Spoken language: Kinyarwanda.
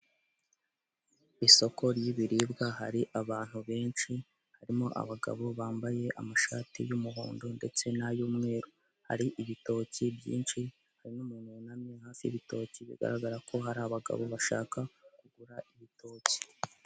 Isoko ry'ibiribwa hari abantu benshi harimo abagabo bambaye amashati y'umuhondo ndetse n'ay'umweru, hari ibitoki byinshi hari n'umuntu wunamye hafi y'ibitoki bigaragara ko hari abagabo bashaka kugura ibitoki.